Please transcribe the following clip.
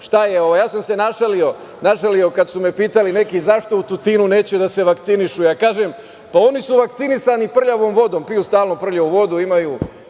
šta je ovo. Ja sam se našalio kad su me pitali neki zašto u Tutinu neće da se vakcinišu, ja kažem – pa, oni su vakcinisani prljavom vodom, piju stalno prljavu vodu, ojačao